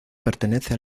pertenece